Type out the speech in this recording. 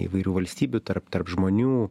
įvairių valstybių tarp tarp žmonių